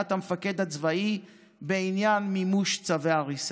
המפקד הצבאי בעניין מימוש צווי הריסה.